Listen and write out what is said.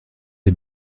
est